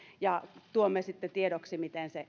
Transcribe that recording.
ja tuomme sitten tiedoksi miten se